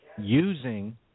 Using